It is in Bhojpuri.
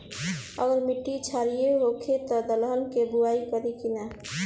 अगर मिट्टी क्षारीय होखे त दलहन के बुआई करी की न?